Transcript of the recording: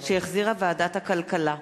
שהחזירה ועדת הכלכלה.